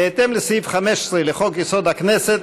בהתאם לסעיף 15 לחוק-יסוד: הכנסת,